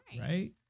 Right